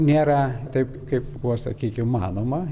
nėra taip kaip buvo sakykim manoma